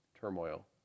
turmoil